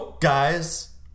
guys